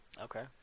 Okay